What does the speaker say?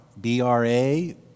B-R-A